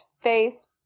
face